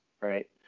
right